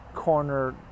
corner